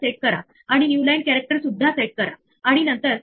शेवटी पायथोन आपल्याला एक उपयुक्त पर्याय कलम प्रदान करतो ज्याला एल्स असे म्हणतात